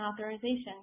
authorization